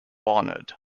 honoured